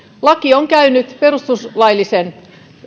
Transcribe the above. laki on käynyt perustuslaillisen